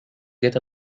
get